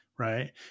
Right